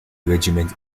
regiment